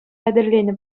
хатӗрленӗ